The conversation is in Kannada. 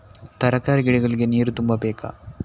ತರಕಾರಿ ಗಿಡಗಳಿಗೆ ನೀರು ತುಂಬಬೇಕಾ?